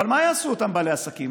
אבל מה יעשו אותם בעלי עסקים?